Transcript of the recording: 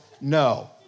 no